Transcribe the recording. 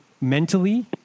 mentally